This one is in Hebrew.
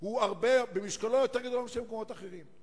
הוא במשקלו יותר גדול מאשר במקומות אחרים.